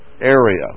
area